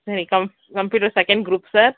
சரி com computer second group sir